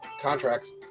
contracts